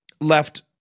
left